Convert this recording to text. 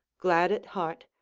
glad at heart,